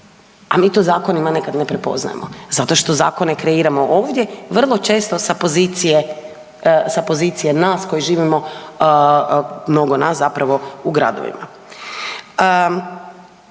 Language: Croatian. a mi to zakonima nekad ne prepoznajemo zato što zakone kreiramo ovdje, vrlo često sa pozicije nas koji živimo, mnogo nas, zapravo u gradovima.